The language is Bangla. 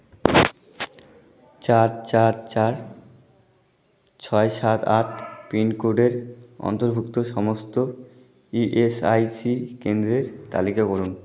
চার চার চার ছয় সাত আট পিনকোডের অন্তর্ভুক্ত সমস্ত ই এস আই সি কেন্দ্রের তালিকা করুন